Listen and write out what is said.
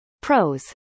Pros